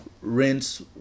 rinse